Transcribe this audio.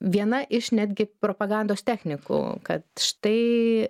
viena iš netgi propagandos technikų kad štai